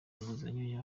inguzanyo